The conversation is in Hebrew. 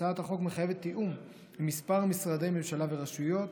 הצעת החוק מחייבת תיאום עם כמה משרדי ממשלה ורשויות,